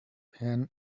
can